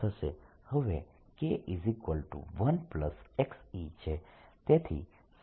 હવે K1e છે